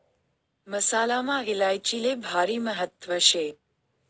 मसालामा इलायचीले भारी महत्त्व शे